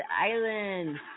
Island